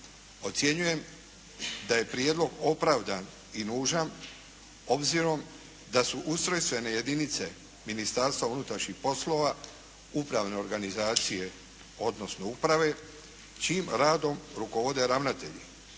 Ocjenjujem da je prijedlog opravdan i nužan, obzirom da su ustrojstvene jedinice Ministarstva unutrašnjih poslova upravne organizacije odnosno uprave čijim radom rukovode ravnatelji.